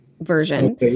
version